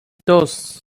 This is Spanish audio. dos